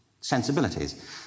sensibilities